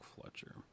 Fletcher